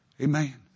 Amen